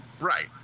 right